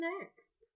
next